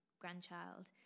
grandchild